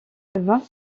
vingt